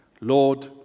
Lord